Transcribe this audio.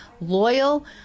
loyal